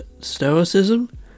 Stoicism